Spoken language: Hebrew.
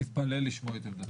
תתפלא לשמוע את עמדתי.